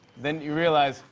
then, you realize.